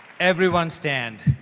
everyone stand